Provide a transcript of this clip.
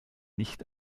nicht